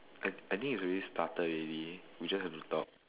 I I thin it's already started already you just have to talk